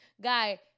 guy